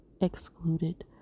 excluded